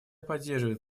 поддерживает